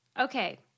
Okay